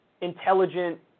intelligent